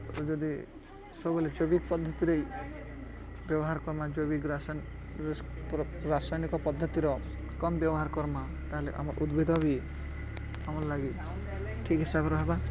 ଆଉ ଯଦି ସବୁବେଲେ ଜୈବିକ ପଦ୍ଧତିରେ ବ୍ୟବହାର କର୍ମା ଜୈବିକ ରାସାୟନିକ ପଦ୍ଧତିର କମ୍ ବ୍ୟବହାର କର୍ମା ତାହେଲେ ଆମ ଉଦ୍ଭିଦ ବି ଆମର୍ ଲାଗି ଠିକ୍ ହିସାବରେ ହେବା